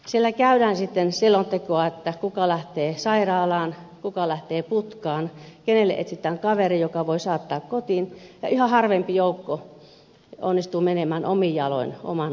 siellä käydään sitten selontekoa kuka lähtee sairaalaan kuka lähtee putkaan kenelle etsitään kaveri joka voi saattaa kotiin ja yhä harvempi joukko onnistuu menemään omin jaloin omaan asuntoonsa